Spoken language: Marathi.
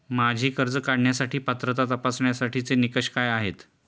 माझी कर्ज काढण्यासाठी पात्रता तपासण्यासाठीचे निकष काय आहेत?